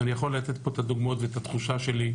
אני יכול לתת פה את הדוגמאות ואת התחושה שלי,